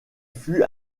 fut